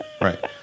Right